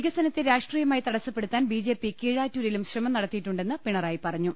വികസനത്തെ രാഷ്ട്രീയമായി തടസ്സപ്പെടുത്താൻ ബിജെപി കീഴാറ്റൂരിലും ശ്രമം നടത്തിയിട്ടുണ്ടെന്ന് പിണറായി പറഞ്ഞു